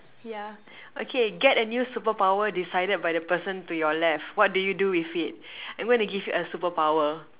ya okay get a new superpower decided by the person to your left what do you do with it and when they give you a superpower hmm